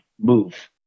move